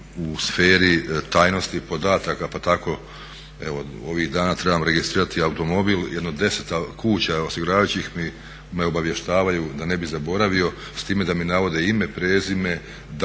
u sferi tajnosti podataka pa tako evo ovih dana trebam registrirati automobil, jedno 10 kuća osiguravajućih me obavještavaju da ne bi zaboravio s time da mi navode ime, prezime, datum